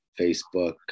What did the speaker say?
Facebook